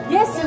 Yes